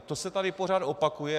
To se tady pořád opakuje.